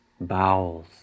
bowels